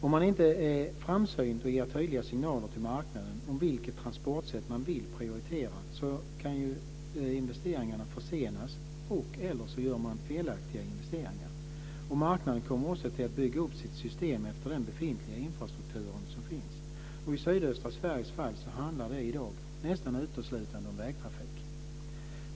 Om man inte är framsynt och ger tydliga signaler till marknaden om vilket transportsätt man vill prioritera kan investeringarna försenas eller det göras felaktiga investeringar. Marknaden kommer också att bygga upp sitt system efter den befintliga infrastruktur som finns. I sydöstra Sveriges fall handlar det i dag nästan uteslutande om vägtrafik.